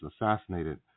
assassinated